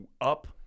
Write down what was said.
up